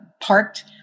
parked